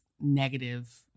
negative